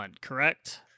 correct